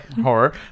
Horror